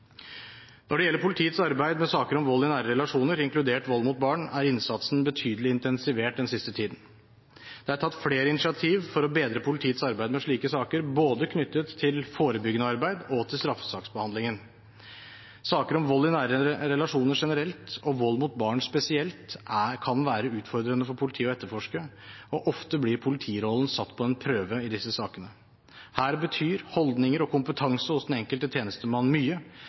Når det gjelder politiets arbeid med saker om vold i nære relasjoner, inkludert vold mot barn, er innsatsen betydelig intensivert den siste tiden. Det er tatt flere initiativ for å bedre politiets arbeid med slike saker, knyttet både til forebyggende arbeid og til straffesaksbehandlingen. Saker om vold i nære relasjoner generelt, og vold mot barn spesielt, kan være utfordrende for politiet å etterforske. Ofte blir politirollen satt på prøve i disse sakene. Her betyr holdninger og kompetanse hos den enkelte tjenestemann mye.